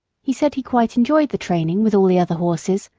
he said he quite enjoyed the training with all the other horses,